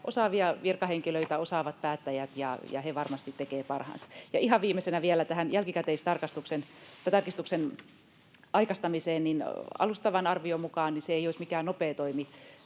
osaavia virkahenkilöitä, osaavat päättäjät, ja he varmasti tekevät parhaansa. Ja ihan viimeisenä vielä tähän jälkikäteistarkistuksen aikaistamiseen. Alustavan arvion mukaan se ei olisi mikään nopea toimi